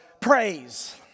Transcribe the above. praise